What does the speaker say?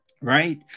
Right